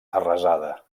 arrasada